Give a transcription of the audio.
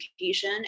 education